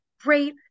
great